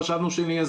חשבנו שנהיה,